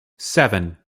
seven